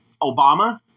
Obama